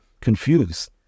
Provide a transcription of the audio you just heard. Confused